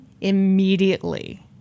immediately